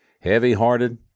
Heavy-hearted